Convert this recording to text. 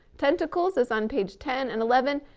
tentacles is on page ten and eleven.